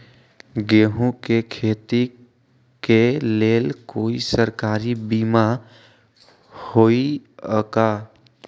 गेंहू के खेती के लेल कोइ सरकारी बीमा होईअ का?